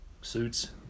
suits